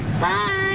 Bye